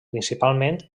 principalment